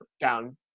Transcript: down